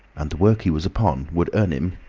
and the work he was upon would earn him,